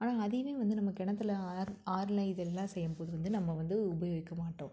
ஆனால் அதையுமே வந்து நம்ம கிணத்துல ஆறு ஆறில் இதுலலாம் செய்யும் போது வந்து நம்ம வந்து உபயோகிக்க மாட்டோம்